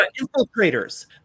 infiltrators